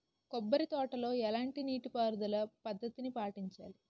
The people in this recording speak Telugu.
కొబ్బరి తోటలో ఎలాంటి నీటి పారుదల పద్ధతిని పాటించాలి?